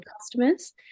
customers